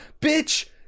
bitch